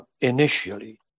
initially